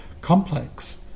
complex